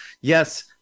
Yes